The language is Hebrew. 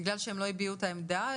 בגלל שהם לא הביעו את העמדה?